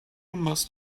must